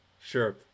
Sure